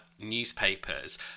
newspapers